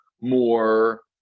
more